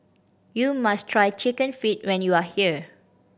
you must try Chicken Feet when you are here